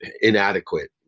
inadequate